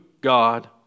God